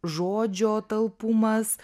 žodžio talpumas